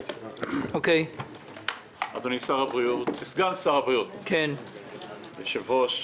אדוני סגן שר הבריאות, היושב-ראש.